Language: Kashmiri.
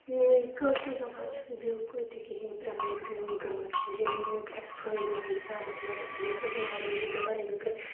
کأشِر زبان چھنہٕ بالکل تہِ کہیٖنۍ پرموٹ گٔمٕژ ییٚمیُک اَسہِ فأیِدٕ مِلہِ ہا مطلب یہِ أس اَسہِ مادوٗری زبان ییٚمیُک اسہِ